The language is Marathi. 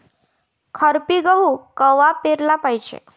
खपली गहू कवा पेराले पायजे?